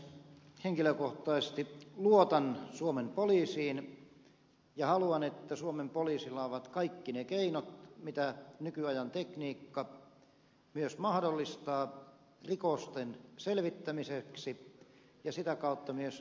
henkilökohtaisesti luotan suomen poliisiin ja haluan että suomen poliisilla on kaikki ne keinot mitä nykyajan tekniikka myös mahdollistaa rikosten selvittämiseksi ja sitä kautta myös rikosten ennaltaehkäisemiseksi